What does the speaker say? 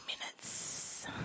minutes